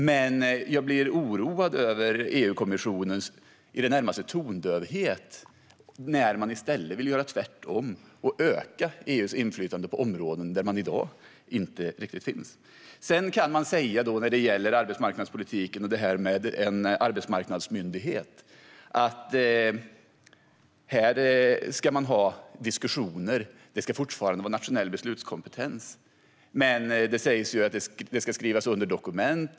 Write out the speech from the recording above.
Men jag blir oroad över att EU-kommissionen i det närmaste är tondöv när man i stället vill göra tvärtom och öka EU:s inflytande på områden där EU i dag inte riktigt finns. Sedan kan jag säga något om arbetsmarknadspolitiken och detta med en arbetsmarknadsmyndighet. Här ska man ha diskussioner. Det ska fortfarande vara nationell beslutskompetens. Men det sägs att det ska skrivas under dokument.